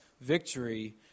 victory